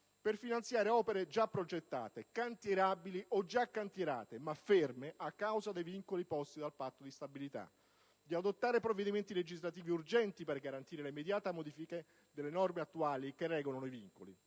per finanziare opere già progettate, cantierabili o già cantierate ma ferme a causa dei vincoli posti dal Patto di stabilità, e di adottare provvedimenti legislativi urgenti per garantire le immediate modifiche delle norme attuali che regolano i vincoli.